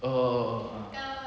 oh ah